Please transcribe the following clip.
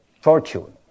fortune